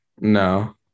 No